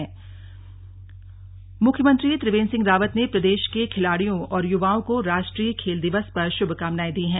slug खेल दिवस CM मुख्यमंत्री त्रिवेन्द्र सिंह रावत ने प्रदेश के खिलाड़ियों और युवाओं को राष्ट्रीय खेल दिवस पर शुभकामनाएं दी हैं